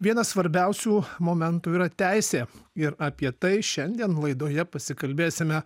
vienas svarbiausių momentų yra teisė ir apie tai šiandien laidoje pasikalbėsime